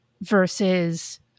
versus